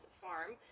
farm